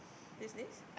these days